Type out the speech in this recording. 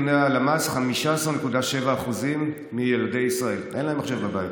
על פי נתוני הלמ"ס ל-15.7% מילדי ישראל אין מחשב בבית.